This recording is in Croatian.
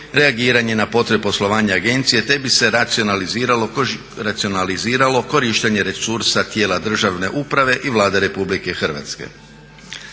reagiranje na potrebe poslovanja agencije te bi se racionaliziralo korištenje resursa tijela državne uprave i Vlade Republike Hrvatske.